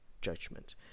judgment